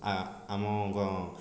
ଆମ ଗ